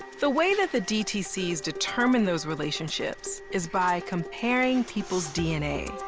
the way that the dtcs determine those relationships is by comparing people's dna.